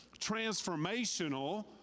transformational